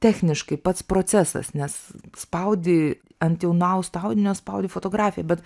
techniškai pats procesas nes spaudi ant jau nuausto audinio spaudi fotografiją bet